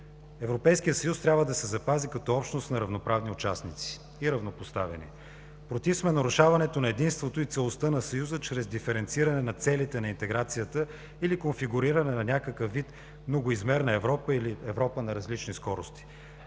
Европейският съюз трябва да се запази като общност на равноправни и равнопоставени участници. Против сме нарушаването на единството и целостта на Съюза чрез диференциране на целите на интеграцията или конфигуриране на някакъв вид „многоизмерна“ Европа или „Европа на различни скорости“.